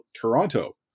Toronto